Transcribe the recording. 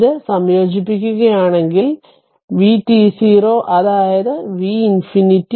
ഇത് സംയോജിപ്പിക്കുകയാണെങ്കിൽ അത് ആയിരിക്കും vt0 അതായതു v infinity